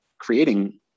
creating